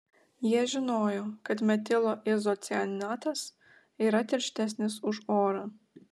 jie žinojo kad metilo izocianatas yra tirštesnis už orą